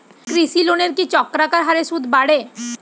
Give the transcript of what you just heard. কৃষি লোনের কি চক্রাকার হারে সুদ বাড়ে?